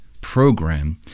program